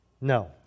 No